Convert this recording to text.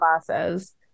classes